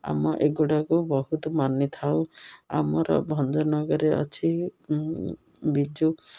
ଆମ ଏଗୁଡ଼ାକୁ ବହୁତ ମାନିଥାଉ ଆମର ଭଞ୍ଜନଗରରେ ଅଛି ବିଜୁ